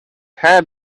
had